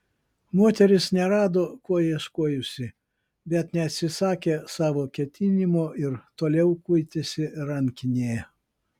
moteris nerado ko ieškojusi bet neatsisakė savo ketinimo ir toliau kuitėsi rankinėje